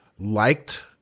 liked